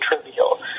trivial